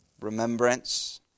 remembrance